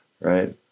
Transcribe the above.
right